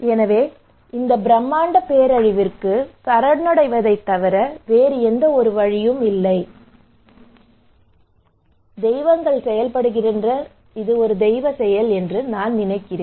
எனவே இந்த பிரம்மாண்ட பேரழிவிற்கு சரணடைவதைத் தவிர வேறு வழியில்லை அதன் தெய்வங்கள் செயல்படுகின்றன என்று நான் நினைக்கிறேன்